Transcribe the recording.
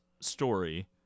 story